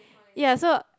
ya so